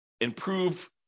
improve